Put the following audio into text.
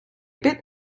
bit